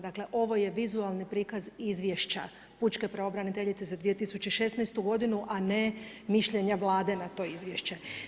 Dakle, ovo je vizualni prikaz Izvješća pučke pravobraniteljice za 2016. godinu a ne mišljenja Vlade na to izvješće.